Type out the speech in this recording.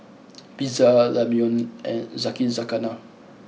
Pizza Ramyeon and Yakizakana